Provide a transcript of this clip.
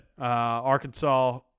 Arkansas